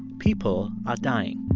people are dying.